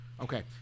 Okay